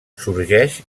sorgeix